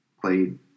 played